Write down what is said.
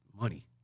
money